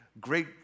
great